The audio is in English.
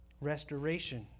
Restoration